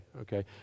okay